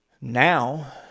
now